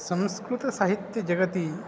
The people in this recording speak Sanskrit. संस्कृतसाहित्यजगति